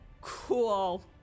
Cool